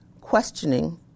questioning